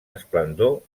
esplendor